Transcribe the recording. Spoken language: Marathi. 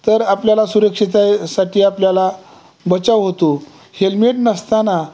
तर आपल्याला सुरक्षिततेसाठी आपल्याला बचाव होतो हेल्मेट नसताना